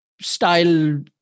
style